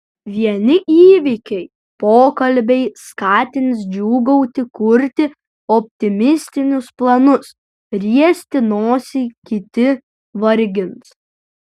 vieni įvykiai pokalbiai skatins džiūgauti kurti optimistinius planus riesti nosį kiti vargins